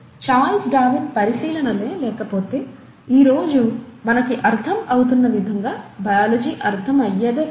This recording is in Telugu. చార్లెస్ డార్విన్ పరిశీలనలే లేకపోతే ఈ రోజు మనకు అర్థం అవుతున్న విధంగా బయాలజీ అర్థం అయ్యేదే కాదు